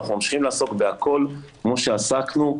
אנחנו ממשיכים לעסוק בהכל כמו שעסקנו,